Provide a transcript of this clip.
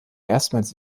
erstmals